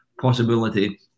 possibility